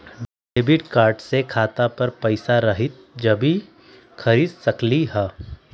Debit card से खाता पर पैसा रहतई जब ही खरीद सकली ह?